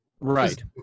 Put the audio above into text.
Right